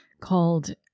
called